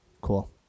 Cool